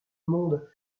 monde